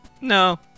No